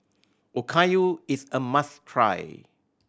okayu is a must try